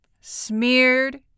smeared